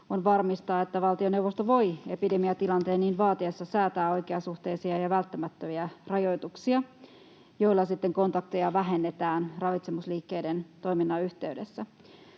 on varmistaa, että valtioneuvosto voi epidemiatilanteen niin vaatiessa säätää oikeasuhteisia ja välttämättömiä rajoituksia, joilla sitten kontakteja vähennetään ravitsemusliikkeiden toiminnan yhteydessä.